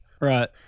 Right